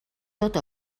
tot